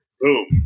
boom